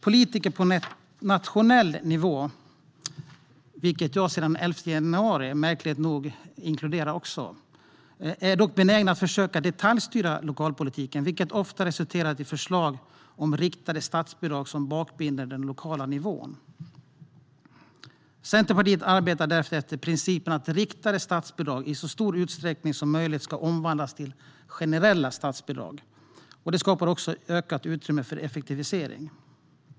Politiker på nationell nivå - där också jag sedan den 11 januari, märkligt nog, inkluderas - är dock benägna att försöka detaljstyra lokalpolitiken, vilket ofta resulterar i förslag om riktade statsbidrag som bakbinder den lokala nivån. Centerpartiet arbetar därför efter principen att riktade statsbidrag i så stor utsträckning som möjligt ska omvandlas till generella statsbidrag. Det skapar också ett ökat utrymme för effektivisering.